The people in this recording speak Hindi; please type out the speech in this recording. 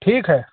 ठीक है